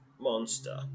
monster